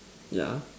yeah